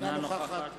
אינה נוכחת